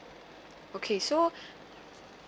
okay so